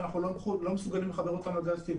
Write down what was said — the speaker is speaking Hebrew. חייבת.